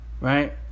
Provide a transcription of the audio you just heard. Right